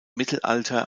mittelalter